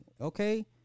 Okay